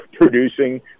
producing